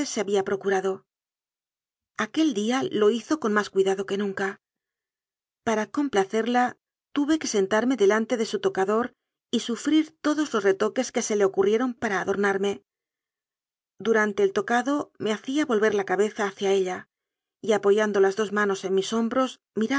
se había procurado aquel día lo hizo con más cuidado que nunca para complacerla tuve que sentarme de lante de su tocador y sufrir todos los retoques que se le ocurrieron para adornarme durante el tocado me hacía volver la cabeza hacia ella y apoyando las dos manos en mis hombros